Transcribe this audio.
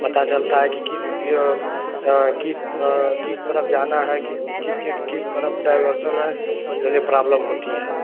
पता चलता है कि किस किस किस तरफ जाना है किस किसके किस तरफ डाइवर्जन है ये प्राब्लम होती है